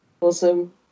Awesome